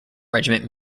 regiment